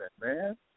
man